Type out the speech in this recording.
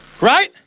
Right